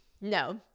no